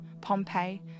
Pompeii